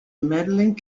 medaling